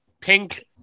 pink